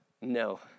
No